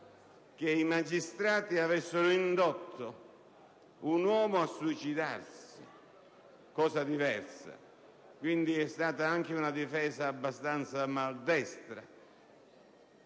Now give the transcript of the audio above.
che i magistrati avessero indotto un uomo a suicidarsi, che è cosa diversa. È stata quindi anche una difesa abbastanza maldestra,